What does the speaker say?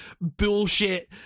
bullshit